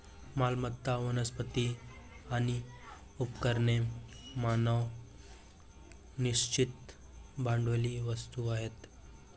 मालमत्ता, वनस्पती आणि उपकरणे मानक निश्चित भांडवली वस्तू आहेत